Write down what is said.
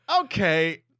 okay